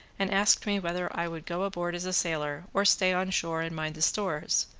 and asked me whether i would go aboard as a sailor, or stay on shore and mind the stores,